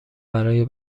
برای